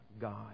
God